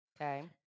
Okay